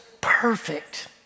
perfect